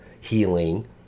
healing